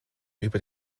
über